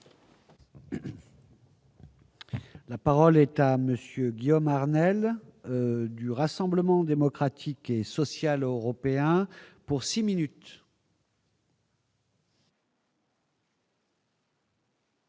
La parole est à monsieur Guillaumard, Neil du Rassemblement démocratique et social européen pour 6 minutes.